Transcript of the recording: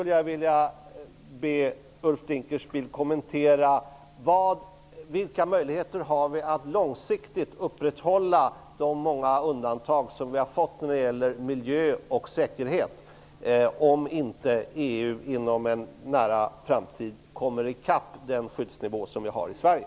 Jag ber Ulf Dinkelspiel redovisa vilka möjligheter vi har att långsiktigt upprätthålla de många undantag som vi har fått när det gäller miljö och säkerhet, om inte EU inom en nära framtid kommer i kapp den skyddsnivå som vi har i Sverige.